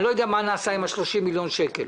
אני לא יודע מה נעשה עם ה-30 מיליון שקל.